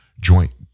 Joint